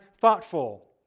thoughtful